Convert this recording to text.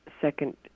second